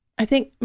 i think,